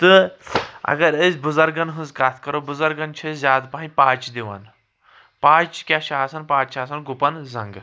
تہٕ اگر أسی بزرگن ہنز کتھ کرو بزرگن چھِ أسۍ زیادٕ پہم پاچہِ دوان پاچہِ کیاہ چھ آسان پاچہِ چھِ آسان گُپن زنگہٕ